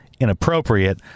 inappropriate